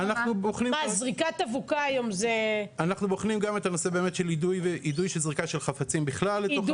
אנחנו בוחנים גם את הנושא של יידוי של זריקה של חפצים בכלל לתוך המגרש.